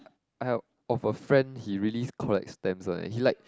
I of a friend he really collect stamps one he like